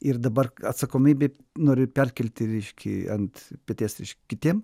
ir dabar atsakomybė nori perkelti reiškia ant peties ir kitiem